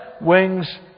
wings